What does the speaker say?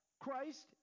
Christ